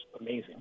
amazing